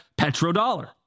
petrodollar